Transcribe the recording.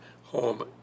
home